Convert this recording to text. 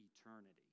eternity